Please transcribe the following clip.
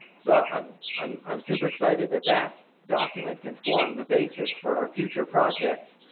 so um um i am super excited that that document can form the basis for our future projects.